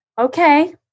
Okay